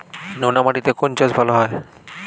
নোনা মাটিতে কোন চাষ ভালো হয়?